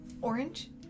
orange